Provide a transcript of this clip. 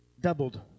doubled